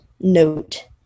note